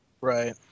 Right